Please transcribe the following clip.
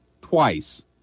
twice